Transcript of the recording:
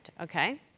okay